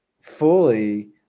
fully